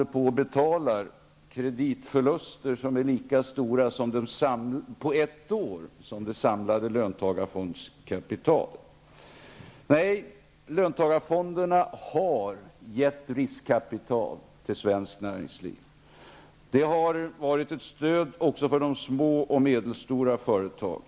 Vi får nu betala kreditförluster som på ett år har blivit lika stora som det samlade löntagarfondskapitalet. Löntagarfonderna har gett riskkapital till svenskt näringsliv. De har också utgjort ett stöd till de små och medelstora företagen.